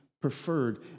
preferred